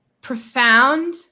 profound